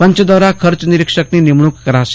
પંચ દ્વારા ખર્ચ નિરીક્ષકની નિમણૂંક કરાશે